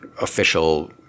official